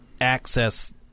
access